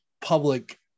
public